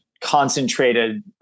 concentrated